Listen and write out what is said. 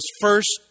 first